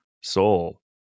soul